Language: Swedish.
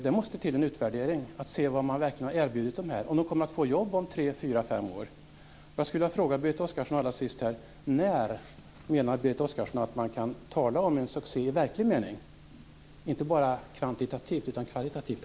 Det måste till en utvärdering för att se vad man verkligen har erbjudit dem som deltar, om de kommer att få jobb om tre fyra fem år. Allra sist skulle jag vilja fråga: När menar Berit Oscarsson att man kan tala om en succé i verklig mening, inte bara kvantitativt utan också kvalitativt?